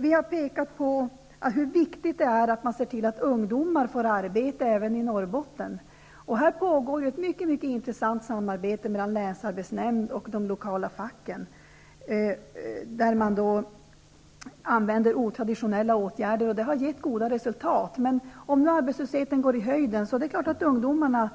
Vi har pekat på hur viktigt det är att se till att ungdomar får arbete även i Norrbotten. Här pågår ett mycket intressant samarbete mellan länsarbetsnämnden och de lokala facken, där man använder otraditionella åtgärder. Det har gett goda resultat. Men om arbetslösheten går i höjden riskerar ungdomarna